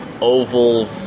oval